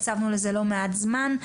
הקצבנו לזה לא מעט זמן.